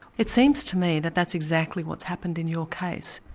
it seems to me that that's exactly what's happened in your case.